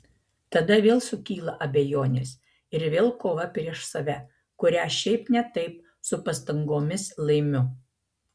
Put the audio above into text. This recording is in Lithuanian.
tada vėl sukyla abejonės ir vėl kova prieš save kurią šiaip ne taip su pastangomis laimiu